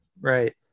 Right